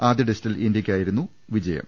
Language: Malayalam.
ആദ്യ ടെസ്റ്റിൽ ഇന്ത്യയ്ക്കായിരുന്നു ജയം